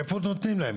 איפה נותנים להם?